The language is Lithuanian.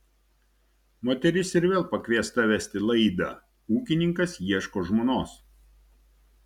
moteris ir vėl pakviesta vesti laidą ūkininkas ieško žmonos